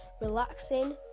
relaxing